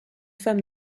femme